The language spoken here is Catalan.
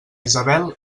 isabel